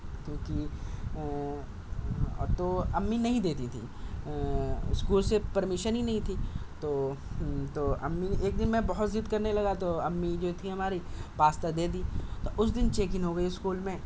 کیوںکہ تو امّی نہیں دیتی تھی وہ اسکول سے پرمیشن ہی نہیں تھی تو تو امّی ایک دِن میں بہت ضد کرنے لگا تو امّی جو تھی ہماری پاستہ دے دی تو اُس دِن چیکنگ ہو گئی اسکول میں